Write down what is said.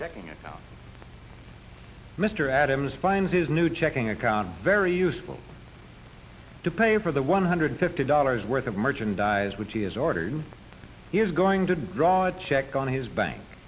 checking it out mr adams finds his new checking account very useful to pay for the one hundred fifty dollars worth of merchandise which he has ordered he is going to draw a check on his bank